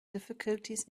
difficulties